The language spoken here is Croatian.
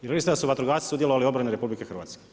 I rekli ste da su vatrogasci sudjelovali u obrani RH.